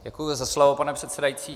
Děkuji za slovo, pane předsedající.